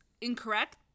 incorrect